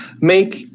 Make